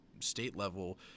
state-level